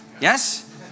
Yes